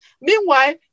Meanwhile